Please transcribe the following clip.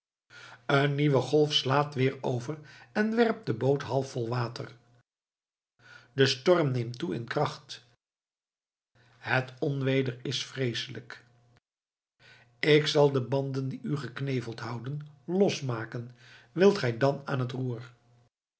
eene nieuwe golf slaat weer over en werpt de boot half vol water de storm neemt toe in kracht het onweder is vreeselijk ik zal de banden die u gekneveld houden los maken wilt gij dan aan het roer